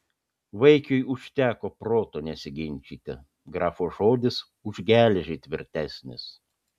vaikiui užteko proto nesiginčyti grafo žodis už geležį tvirtesnis